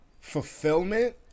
fulfillment